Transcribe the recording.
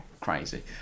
Crazy